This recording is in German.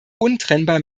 untrennbar